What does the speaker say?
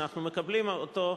שאנחנו מקבלים אותו,